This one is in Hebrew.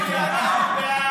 אנחנו בעד.